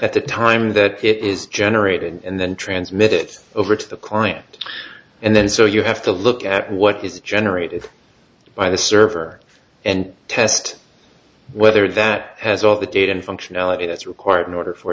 at the time that it is generated and then transmit it over to the client and then so you have to look at what is generated by the server and test whether that has all the data functionality that's required in order for